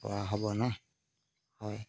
পৰা হ'ব নহ্ হয়